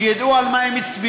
שידעו על מה הם הצביעו.